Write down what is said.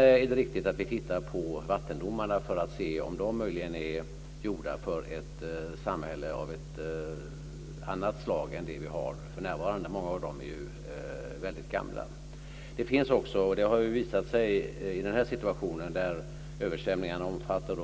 Sedan är det riktigt att vi tittar på vattendomarna för att se om de möjligen är gjorda för ett samhälle av ett annat slag än det som vi har för närvarande. Många av dem är ju väldigt gamla. Det finns förmodligen också - och det har ju visat sig i den här situationen där översvämningarna omfattar